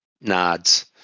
nods